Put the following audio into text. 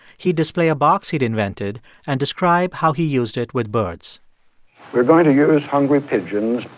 he'd display a box he'd invented and describe how he used it with birds we're going to use hungry pigeons,